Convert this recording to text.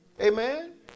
Amen